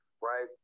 right